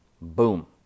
Boom